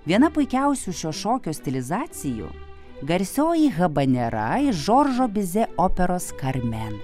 viena puikiausių šio šokio stilizacijų garsioji habanera iš džordžo bizė operos karmen